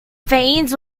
veins